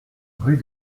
rue